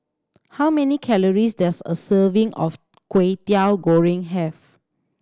how many calories does a serving of Kway Teow Goreng have